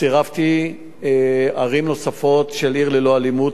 צירפתי ערים נוספות ל"עיר ללא אלימות",